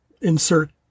insert